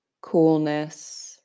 coolness